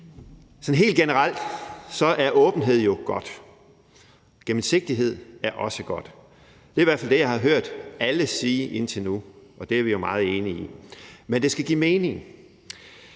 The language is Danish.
det. Helt generelt er åbenhed jo godt. Gennemsigtighed er også godt. Det er i hvert fald det, jeg har hørt alle sige indtil nu, og det er vi jo meget enige i. Men det skal give mening.